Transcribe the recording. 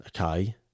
okay